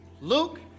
Luke